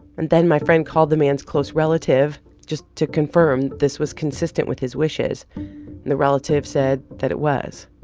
and then my friend called the man's close relative just to confirm this was consistent with his wishes. and the relative said that it was